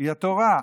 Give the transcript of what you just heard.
היא התורה,